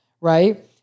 right